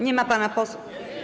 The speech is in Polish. Nie ma pana posła?